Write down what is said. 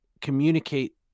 communicate